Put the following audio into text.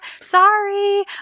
Sorry